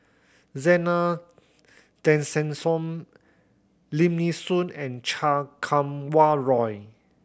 Zena Tessensohn Lim Nee Soon and Cha Kum Wah Roy